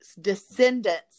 descendants